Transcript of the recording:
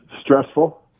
Stressful